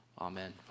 Amen